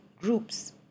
groups